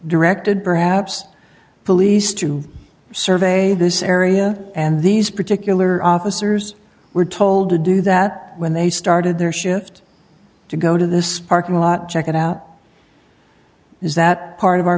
directed perhaps police to survey this area and these particular officers were told to do that when they started their shift to go to this parking lot check it out is that part of our